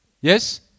Yes